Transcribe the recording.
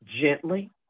gently